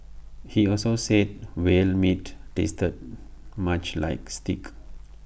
he also said whale meat tasted much like steak